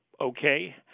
okay